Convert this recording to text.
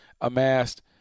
amassed